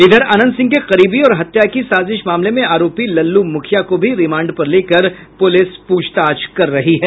इधर अनंत सिंह के करीबी और हत्या की साजिश मामले में आरोपी लल्लू मुखिया को भी रिमांड पर लेकर पुलिस पूछताछ कर रही है